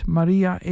Maria